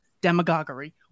demagoguery